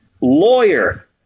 lawyer